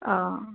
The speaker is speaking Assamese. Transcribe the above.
অঁ